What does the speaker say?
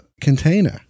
container